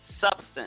substance